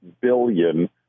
billion